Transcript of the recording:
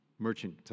merchant